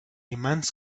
immense